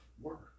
work